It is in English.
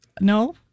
No